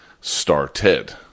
started